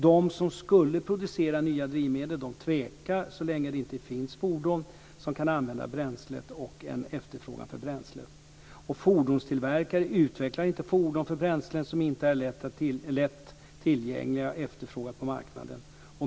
De som skulle kunna producera nya drivmedel tvekar så länge det inte finns fordon som kan använda bränslet och en efterfrågan på bränslet. Fordonstillverkare utvecklar inte fordon för bränslen som inte är lätt tillgängliga och efterfrågade på marknaden.